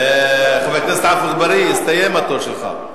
חבר הכנסת עפו אגבאריה, הסתיים התור שלך.